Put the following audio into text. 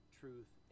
truth